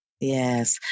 Yes